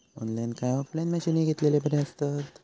Online काय offline मशीनी घेतलेले बरे आसतात?